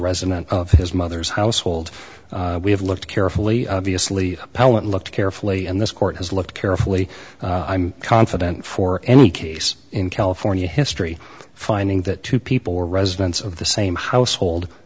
resident of his mother's household we have looked carefully obviously appellant looked carefully and this court has looked carefully i'm confident for any case in california history finding that two people who are residents of the same household